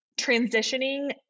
transitioning